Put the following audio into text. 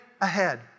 ahead